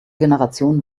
generation